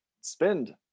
spend